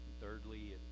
thirdly